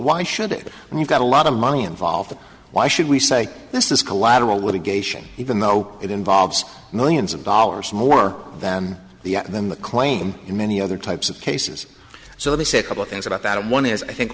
why should it when you've got a lot of money involved why should we say this is collateral litigation even though it involves millions of dollars more than the then the claim in many other types of cases so they say couple things about that one is i think